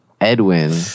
Edwin